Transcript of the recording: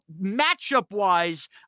matchup-wise